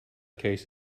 case